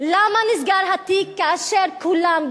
למה נסגר התיק כאשר כולם,